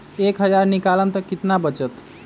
एक हज़ार निकालम त कितना वचत?